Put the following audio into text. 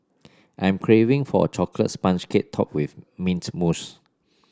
I am craving for a chocolate sponge cake topped with mint mousse